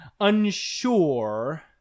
unsure